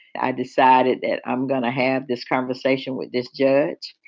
i decided that i'm going to have this conversation with this judge.